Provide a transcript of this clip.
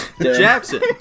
Jackson